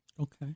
Okay